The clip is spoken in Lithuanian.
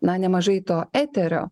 na nemažai to eterio